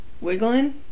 wiggling